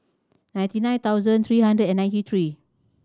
ninety nine thousand three hundred and ninety three